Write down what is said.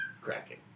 Cracking